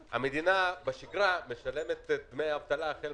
כולנו בעד זה, מה